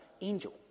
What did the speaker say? angel